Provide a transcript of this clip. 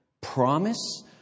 Promise